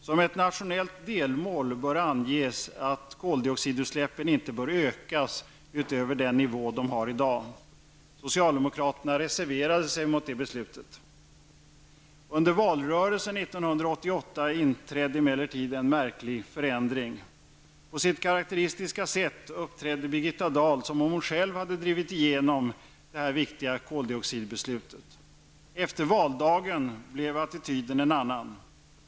Som ett nationellt delmål bör anges att koldioxidutsläppen icke bör ökas utöver den nivå de har idag.'' Under valrörelsen 1988 inträdde emellertid en märklig förändring. På sitt karakteristiska sätt uppträdde Birgitta Dahl som om hon själv drivit igenom det viktiga koldioxidbeslutet. Efter valdagen blev attityden en annan.